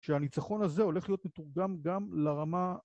שהניצחון הזה הולך להיות מתורגם גם לרמה...